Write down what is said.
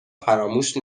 فراموش